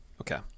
Okay